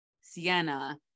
Sienna